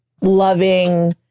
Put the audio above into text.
loving